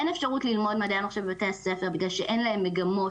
אין אפשרות ללמוד מדעי המחשב בבתי הספר בגלל שאין להם מגמות,